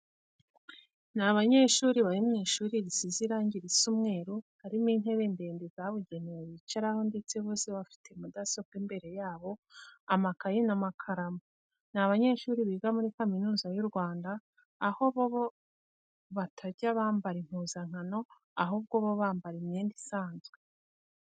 Ni abanyeshuri bari mu ishuri risize irange risa umweru, harimo intebe ndende zabugenewe bicaraho ndetse bose bafite mudasobwa imbere yabo, amakayi n'amakaramu. Ni abanyeshuri biga muri Kaminuza y'u Rwanda, aho bo batajya bambara impuzankano, ahubwo bo bambara imyenda isanzwe.